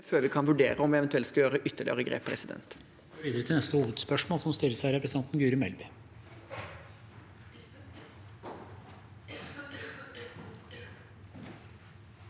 før vi kan vurdere om vi eventuelt skal gjøre ytterligere grep. Presidenten